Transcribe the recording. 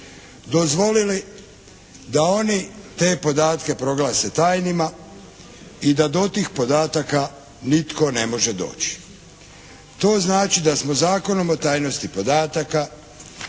dozvolili da oni te podatke proglase tajnima i da do tih podataka nitko ne može doći. To znači da smo Zakonom o tajnosti podataka